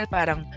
Parang